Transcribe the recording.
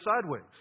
sideways